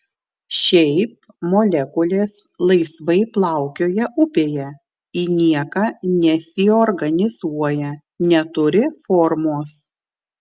šiaip molekulės laisvai plaukioja upėje į nieką nesiorganizuoja neturi formos